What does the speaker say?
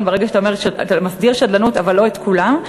ברגע שאתה מסדיר שדלנות אבל לא את כולם.